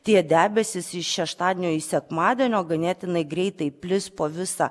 tie debesys iš šeštadienio į sekmadienio ganėtinai greitai plis po visą